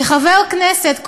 כי חבר כנסת,